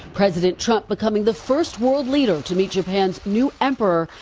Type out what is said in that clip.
president trump becoming the first world leader to meet japan's new emperor,